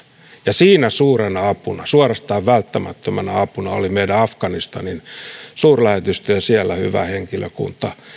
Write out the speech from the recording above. ja siinä suurena apuna suorastaan välttämättömänä apuna oli meidän afganistanin suurlähetystömme ja siellä hyvä henkilökunta